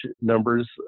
numbers